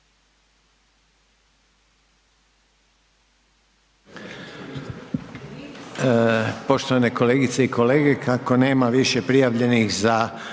Poštovane kolegice i kolege kako nema više prijavljenih za